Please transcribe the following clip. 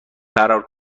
فرار